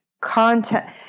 content